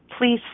Please